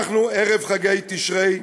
אנחנו ערב חגי תשרי,